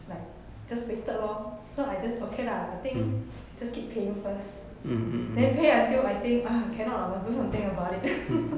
like just wasted lor so I just okay lah I think just keep paying first then pay until I think ugh cannot I must do something about it